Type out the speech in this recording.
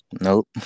Nope